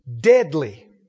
Deadly